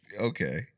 Okay